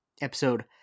Episode